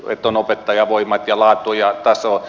on opettajavoimat ja laatu ja taso